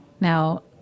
Now